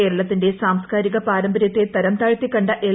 കേരളത്തിന്റെ സാംസ്കാരിക പാരമ്പര്യത്തെ തരംതാഴ്ത്തി കണ്ട എൽ